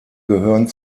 gehören